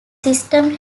system